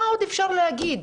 מה עוד אפשר להגיד?